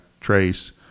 trace